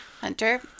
Hunter